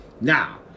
Now